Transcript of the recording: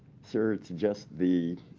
sir, it's just the